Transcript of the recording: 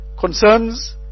concerns